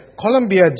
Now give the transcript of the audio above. Colombia